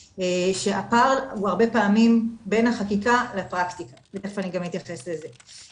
שהפער הוא הרבה פעמים בין החקיקה לפרקטיקה ותכף אני גם אתייחס לזה.